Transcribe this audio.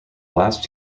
last